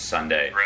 Sunday